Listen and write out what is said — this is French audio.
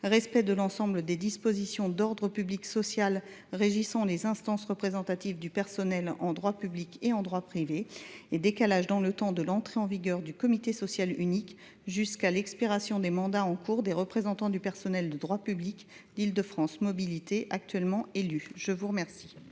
respect de l’ensemble des dispositions d’ordre public social régissant les instances représentatives du personnel en droit public et en droit privé. Troisièmement, il a pour objet le décalage dans le temps de l’entrée en vigueur du comité social unique, jusqu’à l’expiration des mandats en cours des représentants du personnel de droit public d’Île de France Mobilités. L’amendement n° 23, présenté